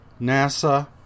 NASA